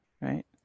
right